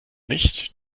nicht